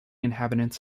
inhabitants